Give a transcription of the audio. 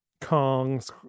Kong's